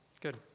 good